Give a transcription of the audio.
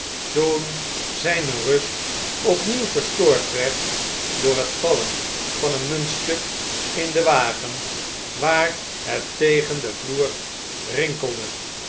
toen zjjne rust opnieuw verstoord werd door het vallen van een muntstuk in den wagen waar het tegen den vloer rinkelde